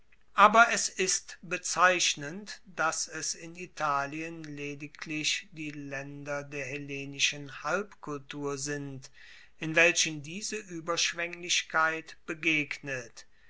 aber es ist bezeichnend dass es in italien lediglich die laender der hellenischen halbkultur sind in welchen diese ueberschwenglichkeit begegnet